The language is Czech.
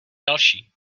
další